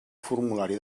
formulari